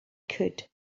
could